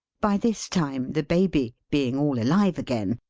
by this time, the baby, being all alive again,